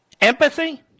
Empathy